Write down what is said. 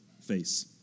face